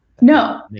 No